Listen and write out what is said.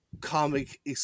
comic